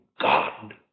God